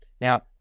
Now